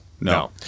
no